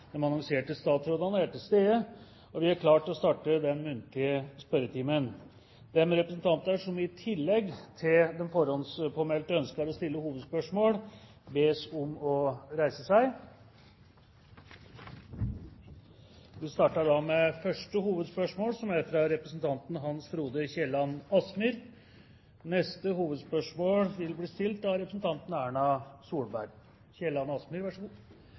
annonserte statsrådene er til stede, og vi er klare til å starte den muntlige spørretimen. De representanter som i tillegg til de forhåndspåmeldte ønsker å stille hovedspørsmål, bes om å reise seg. Vi starter da med første hovedspørsmål, fra representanten Hans Frode